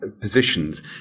positions